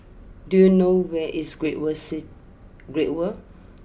do you know where is Great World C Great World